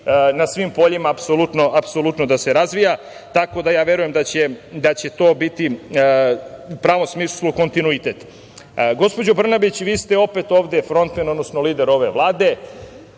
na svim poljima apsolutno da se razvija. Tako da, ja verujem da će to biti u pravom smislu u kontinuitet. Gospođo Brnabić, vi ste opet ovde frontmen, odnosno lider ove Vlade.